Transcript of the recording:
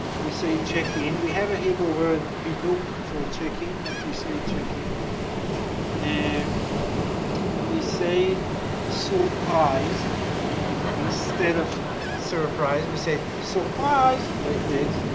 we say check in. we have a hebrew word biduuk for check in, but we say check in and we we say surprise instead of surprise. we say surprise! like this.